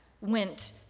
went